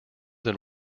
than